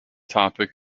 topic